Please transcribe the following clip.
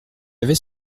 avait